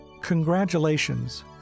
Congratulations